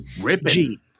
Ripping